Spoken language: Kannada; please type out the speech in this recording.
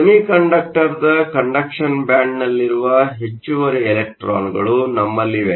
ಸೆಮಿಕಂಡಕ್ಟರ್ನ ಕಂಡಕ್ಷನ್ ಬ್ಯಾಂಡ್ನಲ್ಲಿರುವ ಹೆಚ್ಚುವರಿ ಇಲೆಕ್ಟ್ರಾನ್ಗಳು ನಮ್ಮಲ್ಲಿವೆ